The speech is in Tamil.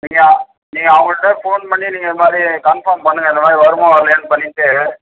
நீங்கள் நீங்கள் அவங்கள்கிட்ட ஃபோன் பண்ணி நீங்கள் இதுமாதிரி கன்ஃபார்ம் பண்ணுங்கள் இந்தமாதிரி வருமா வர்லையான்னு பண்ணிவிட்டு